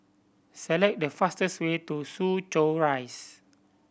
select the fastest way to Soo Chow Rise